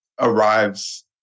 arrives